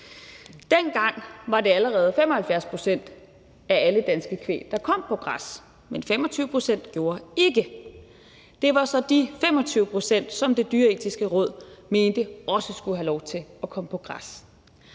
Dengang var det allerede 75 pct. af alt dansk kvæg, der kom på græs, men 25 pct. gjorde ikke. Det var så de 25 pct., som Det Dyreetiske Råd mente også skulle have lov til at komme på græs.